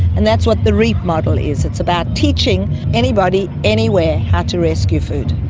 and that's what the reap model is, it's about teaching anybody anywhere how to rescue food.